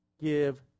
give